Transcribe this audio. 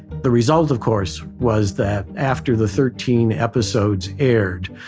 the result, of course, was that after the thirteen episodes aired,